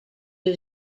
new